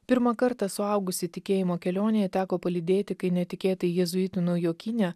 pirmą kartą suaugusį tikėjimo kelionėje teko palydėti kai netikėtai jėzuitų naujokynę